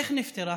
איך נפתרה?